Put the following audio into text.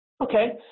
Okay